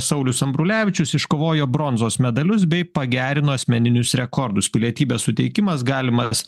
saulius ambrulevičius iškovojo bronzos medalius bei pagerino asmeninius rekordus pilietybės suteikimas galimas